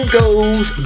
goes